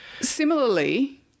Similarly